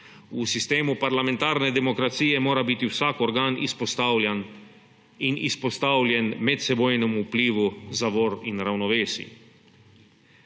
V sistemu parlamentarne demokracije mora biti vsak organ izpostavljan in izpostavljen medsebojnemu vplivu zavor in ravnovesij.